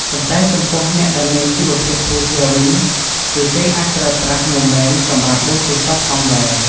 ប៉ុន្តែចំពោះអ្នកដែលមានជីវភាពធូធារវិញគឺគេអាចប្រើប្រាស់ នូវមេនសម្រាប់បូជាសពផងដែរ។